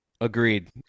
Agreed